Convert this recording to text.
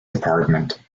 department